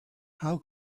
how